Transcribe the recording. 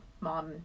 mom